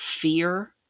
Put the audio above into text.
fear